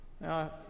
Now